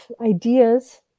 ideas